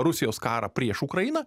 rusijos karą prieš ukrainą